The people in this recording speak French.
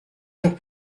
heures